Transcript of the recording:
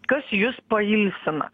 kas jus pailsina